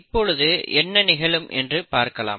இப்பொழுது என்ன நிகழும் என்று பார்க்கலாம்